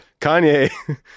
Kanye